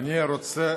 אני רוצה